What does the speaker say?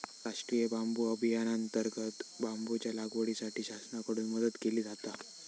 राष्टीय बांबू अभियानांतर्गत बांबूच्या लागवडीसाठी शासनाकडून मदत केली जाता